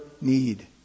need